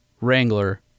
Wrangler